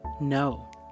no